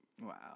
Wow